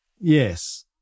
Yes